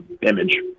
image